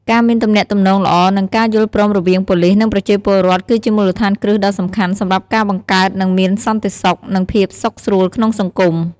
ការមានទំនាក់ទំនងល្អ និងការយល់ព្រមរវាងប៉ូលីស និងប្រជាពលរដ្ឋ គឺជាមូលដ្ឋានគ្រឹះដ៏សំខាន់សម្រាប់ការបង្កើត និងមានសន្តិសុខ និងភាពសុខស្រួលក្នុងសង្គម។